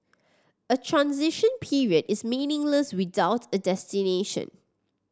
a transition period is meaningless without a destination